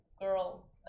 girl